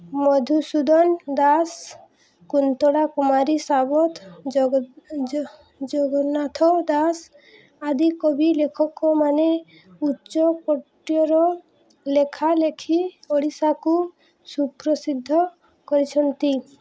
ମଧୁସୂଦନ ଦାସ କୁନ୍ତଳାକୁମାରୀ ସାବତ ଜଗନ୍ନାଥ ଦାସ ଆଦି କବି ଲେଖକମାନେ ଉଚ୍ଚକୋଟୀର ଲେଖା ଲେଖି ଓଡ଼ିଶାକୁ ସୁପ୍ରସିଦ୍ଧ କରିଛନ୍ତି